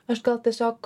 aš gal tiesiog